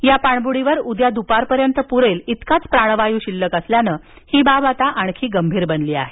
या पाणबुडीवर उद्या दुपार पर्यंत पुरेल इतकाच प्राणवायू शिल्लक असल्याने ही बाब आता आणखी गंभीर बनली आहे